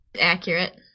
Accurate